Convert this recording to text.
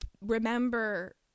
remember